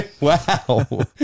Wow